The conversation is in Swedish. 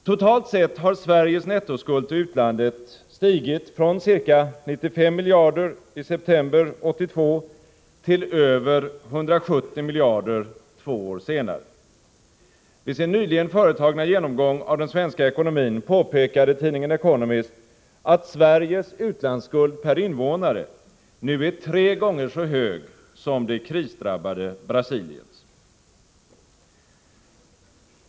Totalt sett har Sveriges nettoskuld till utlandet ökat från ca 95 miljarder i september 1982 till över 170 miljarder två år senare. Vid sin nyligen företagna genomgång av den svenska ekonomin påpekade tidningen Economist att Sveriges utlandsskuld per invånare nu är tre gånger så hög som det krisdrabbade Brasiliens.